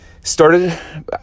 started